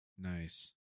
Nice